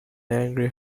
angry